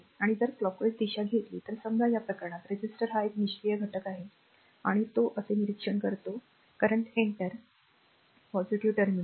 आणि जर clockwise दिशा घेतली तर समजा या प्रकरणात रेझिस्टर हा एक निष्क्रीय घटक आहे आणि तो असे निरीक्षण करतो करंट एंटर पॉझिटिव्ह टर्मिनल